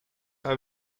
are